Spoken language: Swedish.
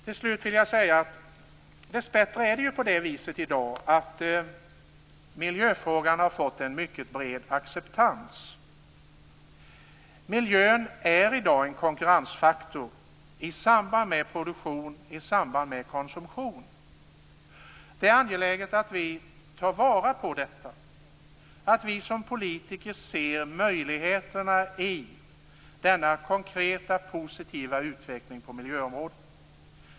Till slut vill jag säga att det dessbättre är på det viset i dag, att miljöfrågan har fått en mycket bred acceptans. Miljön är i dag en konkurrensfaktor i samband med produktion och i samband med konsumtion. Det är angeläget att vi tar vara på detta och att vi som politiker ser möjligheterna i denna konkreta positiva utveckling på miljöområdet.